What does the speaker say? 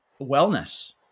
wellness